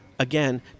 again